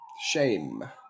Shame